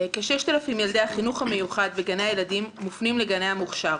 כ-6,000 ילדי החינוך המיוחד בגני הילדים מופנים לגני המוכש"ר,